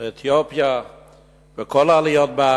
בארבע השנים האחרונות.